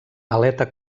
aleta